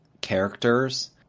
characters